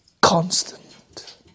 constant